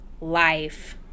life